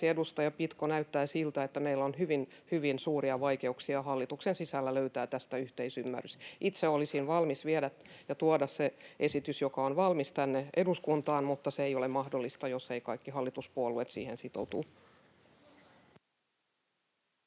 edustaja Pitko, näyttää siltä, että meillä on hyvin suuria vaikeuksia hallituksen sisällä löytää tästä yhteisymmärrystä. Itse olisin valmis tuomaan sen esityksen, joka on valmis, tänne eduskuntaan, mutta se ei ole mahdollista, jos eivät kaikki hallituspuolueet siihen sitoudu.